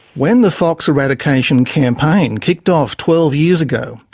when the fox eradication campaign kicked off twelve years ago,